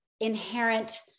inherent